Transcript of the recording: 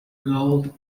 gold